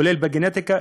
כולל בגנטיקה,